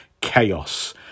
chaos